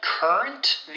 Current